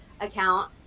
account